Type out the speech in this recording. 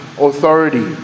authority